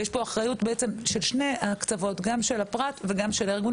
ויש פה בעצם אחריות של שני הקצוות: גם של הפרט וגם של הארגון.